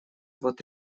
вот